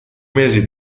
mesi